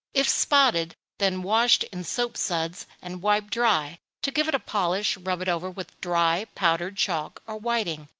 if spotted, then washed in soap-suds, and wiped dry. to give it a polish, rub it over with dry powdered chalk or whiting,